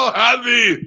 happy